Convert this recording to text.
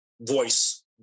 voice